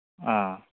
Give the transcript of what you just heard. ꯑ